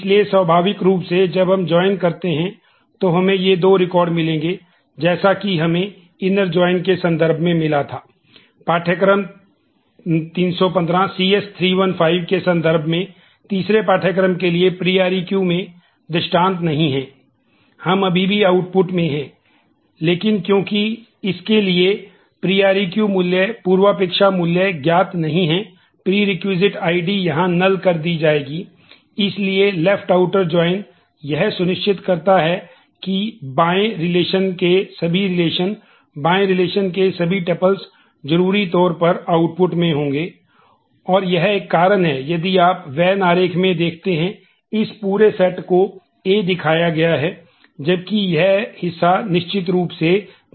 इसलिए स्वाभाविक रूप से जब हम जॉइन दिखाया गया है जबकि यह हिस्सा निश्चित रूप से नहीं होगा